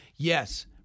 Yes